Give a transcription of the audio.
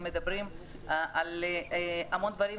מדברים על המון דברים.